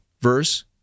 Verse